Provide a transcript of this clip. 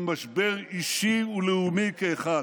ממשבר אישי ולאומי כאחד.